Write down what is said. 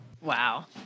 Wow